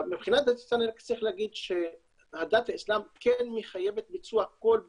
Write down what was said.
מבחינה דתית אני רק צריך להגיד שדת האיסלם כן מחייבת ביצוע כל בדיקה,